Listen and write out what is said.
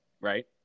right